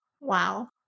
Wow